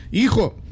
hijo